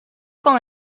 con